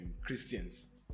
Christians